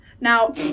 Now